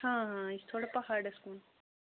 ہاں ہاں یہِ چھُ تھوڑا پہاڑَس کُن